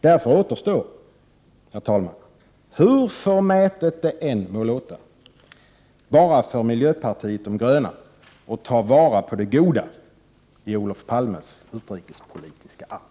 Därför återstår, hur förmätet det än må låta, bara för miljöpartiet de gröna att ta vara på det goda i Olof Palmes utrikespolitiska arv.